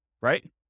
right